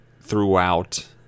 throughout